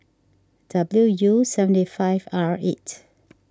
W U seventy five R eight